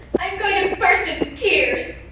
i'm going to burst into tears!